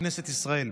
מכנסת ישראל,